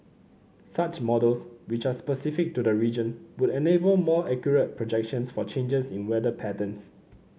such models which are specific to the region would enable more accurate projections for changes in weather patterns